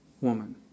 woman